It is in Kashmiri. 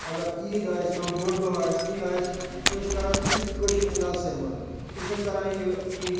اگر عیٖد آسہِ کانٛہہ بوٚڑ دۄہ آسہِ کیٚنٛہہ اسہِ أسۍ چھِ کَران سُہ تہِ کٲشُر اندازسٕے منٛز أسۍ چھِنہٕ کَران یہِ کیٚنٛہہ